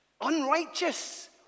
unrighteous